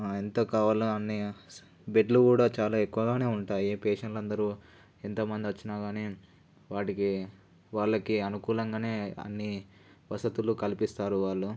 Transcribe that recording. ఎంత కావాలో అన్ని బెడ్లు కూడా చాలా ఎక్కువగానే ఉంటాయి పేషెంట్లు అందరూ ఎంత మంది వచ్చినా కానీ వాటికి వాళ్ళకి అనుకూలంగానే అన్నీ వసతులు కల్పిస్తారు వాళ్ళు